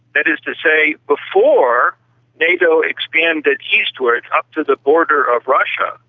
that is to say, before nato expanded eastward up to the border of russia,